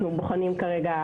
אנחנו בוחנים כרגע,